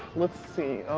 let's see.